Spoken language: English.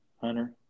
Hunter